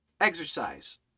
exercise